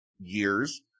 years